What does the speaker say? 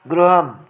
गृहम्